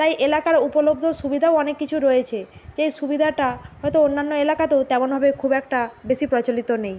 তাই এলাকার উপলব্ধ সুবিধাও অনেক কিছু রয়েছে যেই সুবিধাটা হয়তো অন্যান্য এলাকাতেও তেমনভাবে খুব একটা বেশি প্রচলিত নেই